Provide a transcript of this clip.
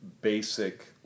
basic